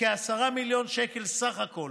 בכ-10 מיליון שקל בסך הכול,